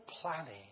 planning